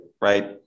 right